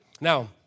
Now